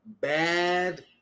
bad